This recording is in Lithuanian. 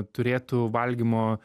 turėtų valgymo